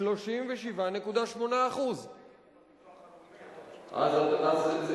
37.8%. בביטוח הלאומי,